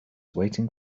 waiting